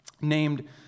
named